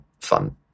fun